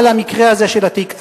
על המקרה הזה של התיק,